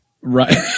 right